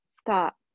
stop